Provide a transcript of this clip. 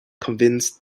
convinced